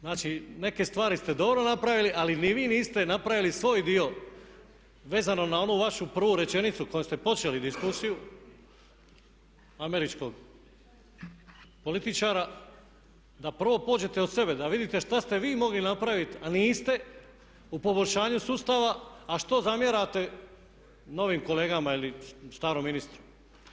Znači, neke stvari ste dobro napravili ali ni vi niste napravili svoj dio vezano na onu vašu prvu rečenicu kojom ste počeli diskusiju američkog političara, da prvo pođete od sebe da vidite što ste vi mogli napraviti a niste u poboljšanju sustava a što zamjerate novim kolegama ili starom ministru.